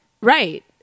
right